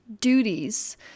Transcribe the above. duties